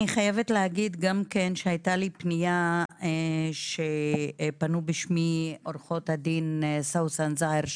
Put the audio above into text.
אני חייבת להגיד שהייתה לי פנייה שפנו בשמי עורכות הדין סאוסן זאהר,